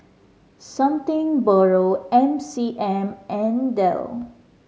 Something Borrow M C M and Dell